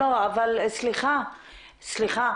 סליחה,